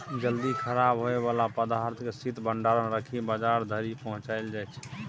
जल्दी खराब होइ बला पदार्थ केँ शीत भंडारण मे राखि बजार धरि पहुँचाएल जाइ छै